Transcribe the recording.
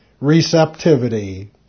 receptivity